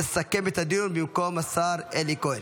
לסכם את הדיון במקום השר אלי כהן,